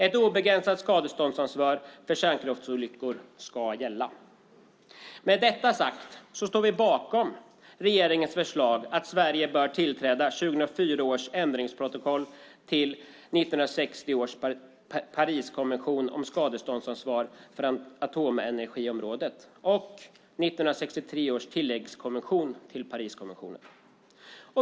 Ett obegränsat skadeståndsansvar för kärnkraftsolyckor ska gälla. Med detta sagt står vi bakom regeringens förslag att Sverige bör tillträda 2004 års ändringsprotokoll till 1960 års Pariskonvention om skadeståndsansvar för atomenergiområdet och 1963 års tilläggskonvention till Pariskonventionen.